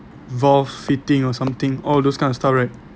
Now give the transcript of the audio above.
valve fitting or something all those kind of stuff right